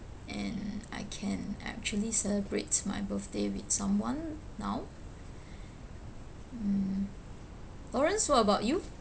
and I can actually celebrate my birthday with someone now mm lawrence what about you